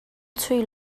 chuih